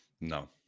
no